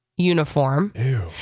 uniform